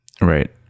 Right